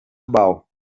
gebouw